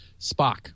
Spock